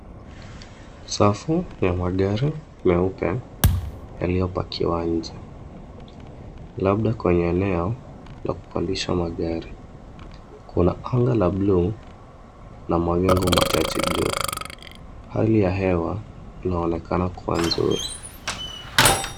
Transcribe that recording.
Safu ya magari meupe yaliyopakiwa nje, labda kwenye eneo la kukodisha magari. Kuna anga la buluu na mawingu machache juu , hali ya hewa inaonekana kuwa nzuri.